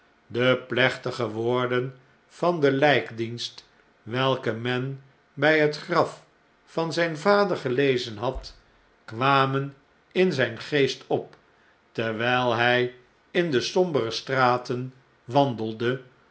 de plechtige woorden van den ljjkdienst welken men by het graf van zjjn vader gelezen had kwamen in zgn geest op terwijl hij in de sombere straten wandelde